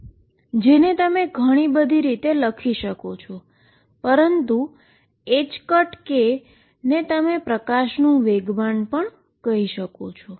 જેને તમે ઘણી બધી રીતે લખી શકો છો પરંતુ ℏk ને તમે લાઈટનું મોમેન્ટમ પણ કહી શકો છો